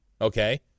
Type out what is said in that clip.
okay